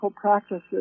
practices